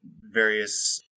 various